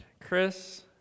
Chris